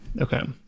Okay